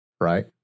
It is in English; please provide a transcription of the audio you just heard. right